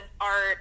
art